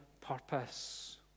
purpose